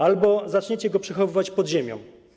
Albo zaczniecie go przechowywać pod ziemią.